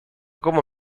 como